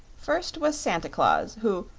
first was santa claus, who,